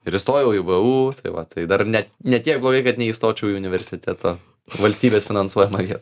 ir įstojau į vu tai va tai dar net ne tiek blogai kad neįstočiau į universiteto valstybės finansuojamą vietą